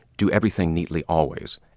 do everything neatly always,